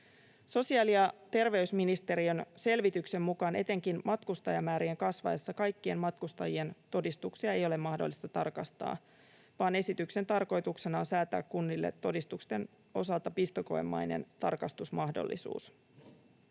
Sosiaali- ja terveysministeriön selvityksen mukaan etenkin matkustajamäärien kasvaessa kaikkien matkustajien todistuksia ei ole mahdollista tarkastaa, vaan esityksen tarkoituksena on säätää kunnille todistusten osalta pistokoemainen tarkastusmahdollisuus.